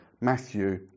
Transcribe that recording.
Matthew